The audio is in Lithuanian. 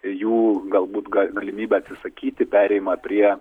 jų galbūt ga galimybę atsisakyti perėjimą prie